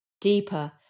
deeper